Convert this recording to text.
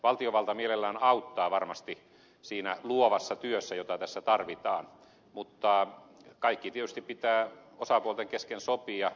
valtiovalta mielellään auttaa varmasti siinä luovassa työssä jota tässä tarvitaan mutta kaikki tietysti pitää osapuolten kesken sopia